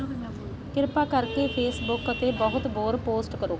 ਕਿਰਪਾ ਕਰਕੇ ਫੇਸਬੁੱਕ 'ਤੇ ਬਹੁਤ ਬੋਰ ਪੋਸਟ ਕਰੋ